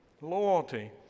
loyalty